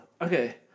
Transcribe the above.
Okay